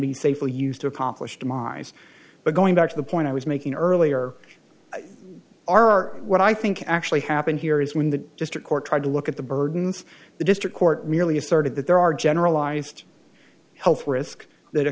be safely used to accomplish democracy but going back to the point i was making earlier are what i think actually happened here is when the district court tried to look at the burdens the district court merely asserted that there are generalized health risk that